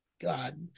God